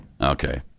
Okay